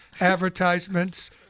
advertisements